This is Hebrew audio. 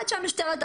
עד שהמשטרה תגיע,